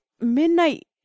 midnight